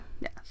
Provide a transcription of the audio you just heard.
Yes